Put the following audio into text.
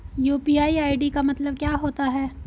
UPI ID का मतलब क्या होता है?